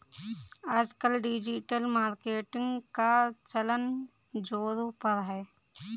आजकल digital marketing का चलन ज़ोरों पर है